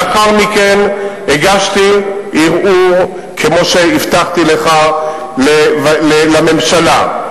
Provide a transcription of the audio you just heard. לאחר מכן הגשתי ערעור, כמו שהבטחתי לך, לממשלה.